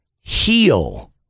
Heal